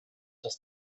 dass